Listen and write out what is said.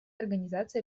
организации